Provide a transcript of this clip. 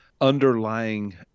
underlying